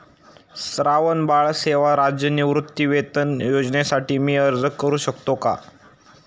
श्रावणबाळ सेवा राज्य निवृत्तीवेतन योजनेसाठी मी अर्ज करू शकतो का?